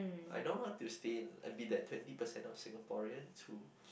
I don't want to stay and be that twenty percent of Singaporeans who